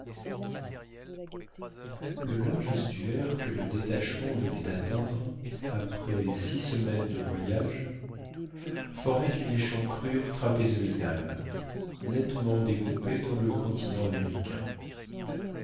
le large estuaire que le détachement venait d'atteindre après six semaines de voyage formait une échancrure trapézoïdale nettement découpée dans le continent américain